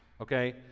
okay